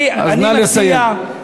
אז נא לסיים.